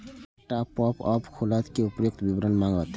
एकटा पॉपअप खुलत जे उपर्युक्त विवरण मांगत